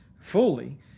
fully